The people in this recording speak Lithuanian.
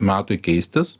metui keistis